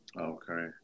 Okay